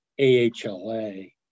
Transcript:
AHLA